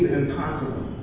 impossible